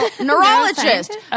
Neurologist